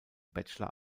bachelor